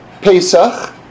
Pesach